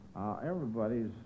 Everybody's